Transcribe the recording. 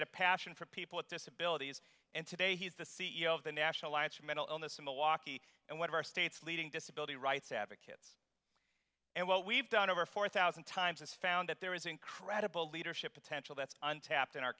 had a passion for people with disabilities and today he's the c e o of the national alliance for mental illness in milwaukee and one of our state's leading disability rights advocates and what we've done over four thousand times is found that there is incredible leadership potential that's untapped in our